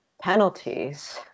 penalties